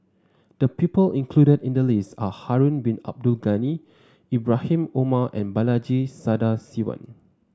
the people included in the list are Harun Bin Abdul Ghani Ibrahim Omar and Balaji Sadasivan